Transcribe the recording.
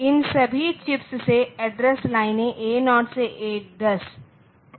इन सभी चिप्स से एड्रेस लाइनें A0 से A10 जुड़ा हुआ है